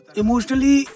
emotionally